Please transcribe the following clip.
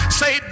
say